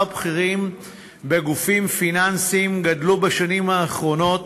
הבכירים בגופים פיננסיים גדלו בשנים האחרונות